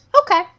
okay